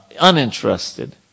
uninterested